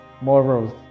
morals